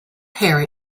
harry